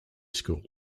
school